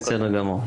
תודה.